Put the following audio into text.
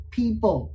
people